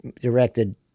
directed